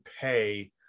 pay